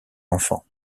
enfants